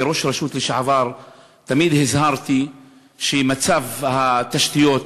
כראש רשות לשעבר תמיד הזהרתי ממצב התשתיות